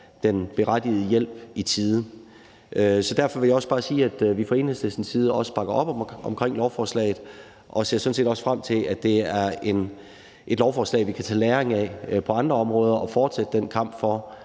den berettigede hjælp i tide. Så derfor vil jeg også bare sige, at vi fra Enhedslistens side bakker op om lovforslaget og sådan set også ser frem til, at det er et lovforslag, vi kan tage læring fra på andre områder, så vi kan fortsætte den kamp for,